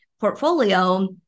portfolio